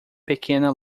pequena